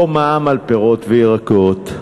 לא מע"מ על פירות וירקות,